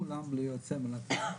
כולם בלי יוצא מן הכלל.